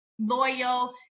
loyal